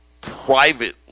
privately